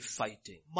fighting